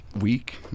week